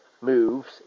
moves